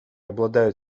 обладают